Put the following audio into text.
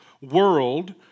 world –